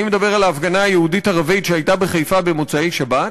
אני מדבר על ההפגנה היהודית-ערבית שהייתה בחיפה במוצאי-שבת.